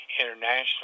internationally